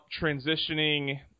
transitioning